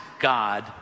God